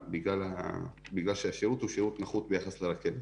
בגלל שהשירות הוא שירות נחות ביחס לרכבת.